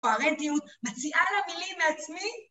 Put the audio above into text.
פרנטיות מציעה למילים מעצמי?